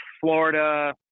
Florida